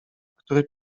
który